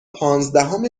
پانزدهم